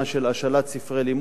של השאלת ספרי לימוד,